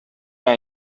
are